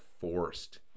forced